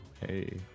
hey